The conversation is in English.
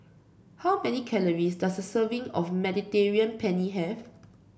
how many calories does a serving of Mediterranean Penne have